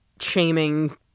shaming